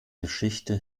geschichte